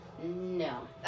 No